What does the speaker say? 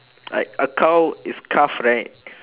like a cow is calf right